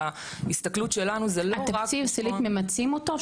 ההסתכלות שלנו זה לא רק לשמוע --- ממצים אותו,